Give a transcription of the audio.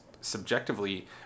subjectively